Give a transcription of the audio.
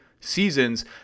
seasons